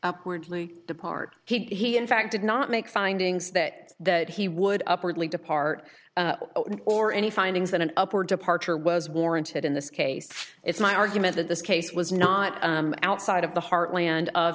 upwardly depart he in fact did not make findings that that he would upwardly depart or any findings that an upward departure was warranted in this case it's my argument that this case was not outside of the heartland of